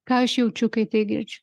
ką aš jaučiu kai tai girdžiu